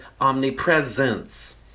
omnipresence